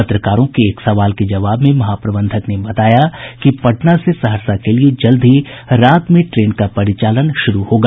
पत्रकारों के एक सवाल के जवाब में महाप्रबंधक ने बताया कि पटना से सहरसा के लिये जल्द ही रात में ट्रेन का परिचालन शुरू होगा